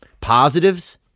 Positives